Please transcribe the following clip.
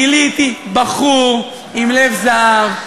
גיליתי בחור עם לב זהב,